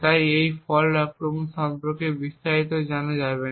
তাই এই ফল্ট আক্রমণ সম্পর্কে বিস্তারিত জানা যাবে না